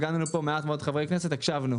הגענו לפה מעט מאוד חברי כנסת והקשבנו.